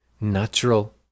Natural